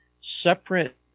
separate